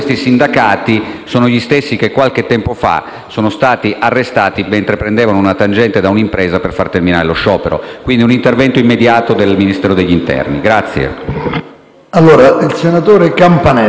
sono stati arrestati mentre prendevano una tangente da un'impresa per far terminare lo sciopero. Chiedo quindi un intervento immediato da parte del Ministero dell'interno.